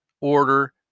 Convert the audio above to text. order